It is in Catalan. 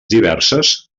diverses